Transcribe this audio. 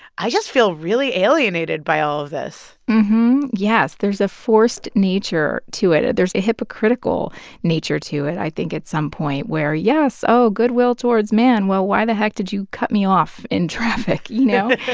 i just feel really alienated by all of this yes. there's a forced nature to it. there's a hypocritical nature to it, i think, at some point, where yes, oh, goodwill towards man well, why the heck did you cut me off in traffic, you know?